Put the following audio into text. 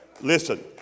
Listen